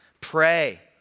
Pray